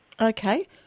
Okay